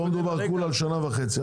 פה מדובר כולה על שנה וחצי.